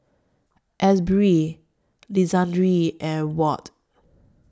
Asbury Lisandro and Watt